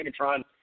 Megatron